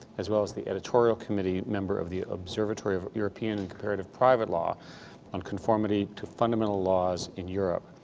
as well as the editorial committee member of the observatory of european comparative private law on conformity to fundamental laws in europe.